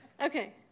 okay